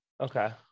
okay